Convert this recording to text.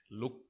look